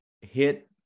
hit